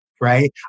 right